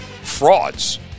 frauds